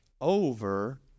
over